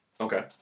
Okay